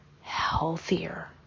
healthier